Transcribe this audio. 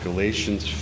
Galatians